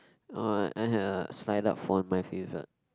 no I have signed up for my favorite